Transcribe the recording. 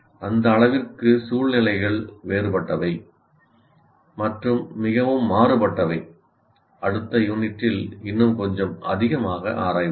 அந்த அளவிற்கு சூழ்நிலைகள் வேறுபட்டவை மற்றும் மிகவும் மாறுபட்டவை அடுத்த யூனிட்டில் இன்னும் கொஞ்சம் அதிகமாக ஆராய்வோம்